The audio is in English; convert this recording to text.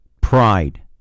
pride